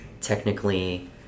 technically